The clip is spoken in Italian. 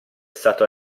stato